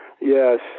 Yes